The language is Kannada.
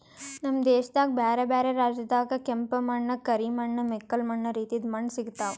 ನಮ್ ದೇಶದಾಗ್ ಬ್ಯಾರೆ ಬ್ಯಾರೆ ರಾಜ್ಯದಾಗ್ ಕೆಂಪ ಮಣ್ಣ, ಕರಿ ಮಣ್ಣ, ಮೆಕ್ಕಲು ಮಣ್ಣ ರೀತಿದು ಮಣ್ಣ ಸಿಗತಾವ್